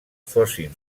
fossin